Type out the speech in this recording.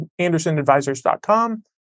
AndersonAdvisors.com